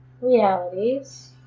realities